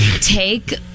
take